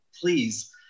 please